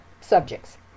subjects